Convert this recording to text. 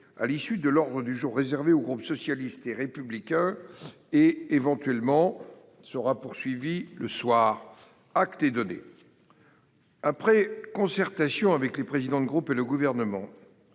à l'issue de l'ordre de jour réservé au groupe socialiste et républicain et, éventuellement, le soir. Acte est donné de cette demande. Après concertation avec les présidents de groupe et le Gouvernement,